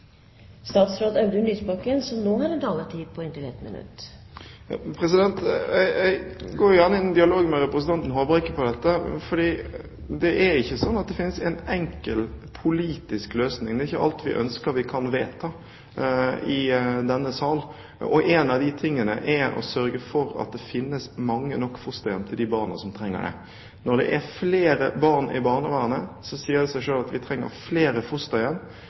Jeg går gjerne i dialog med representanten Håbrekke om dette, for det er ikke slik at det finnes en enkel, politisk løsning. Det er ikke alt vi ønsker å vedta, som vi kan vedta i denne sal. Én av de tingene er å sørge for at det finnes mange nok fosterhjem til de barna som trenger det. Når det er flere barn i barnevernet, sier det seg selv at vi trenger flere